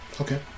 Okay